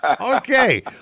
Okay